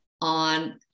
on